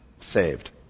saved